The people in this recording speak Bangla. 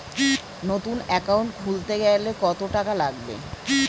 নতুন একাউন্ট খুলতে গেলে কত টাকা লাগবে?